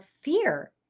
fear